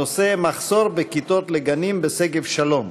הנושא: מחסור בכיתות לגנים בשגב-שלום.